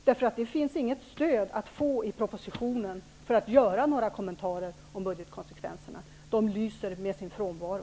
Det finns inget stöd att få i budgetpropositionen för att man skall kunna göra några kommentarer om budgetkonsekvenserna. De lyser med sin frånvaro.